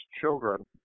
children